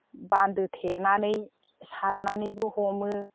बान्दो थेनानै सारनानैबो हमो